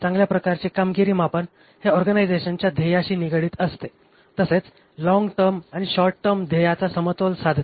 चांगल्या प्रकारचे कामगिरी मापन हे ऑर्गनायझेशनच्या ध्येयाशी निगडित असते तसेच लॉन्ग टर्म आणि शॉर्ट टर्म ध्येयाचा समतोल साधते